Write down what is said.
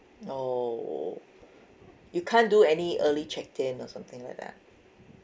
oh you can't do any early check in or something like that